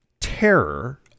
terror